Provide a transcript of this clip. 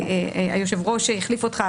היושב-ראש שהחליף אותך,